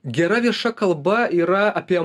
gera vieša kalba yra apie